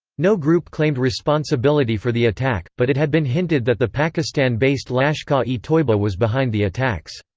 no group claimed responsibility for the attack, but it had been hinted that the pakistan-based lashkar-e-toiba was behind the attacks.